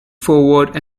forward